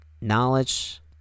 knowledge